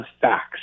facts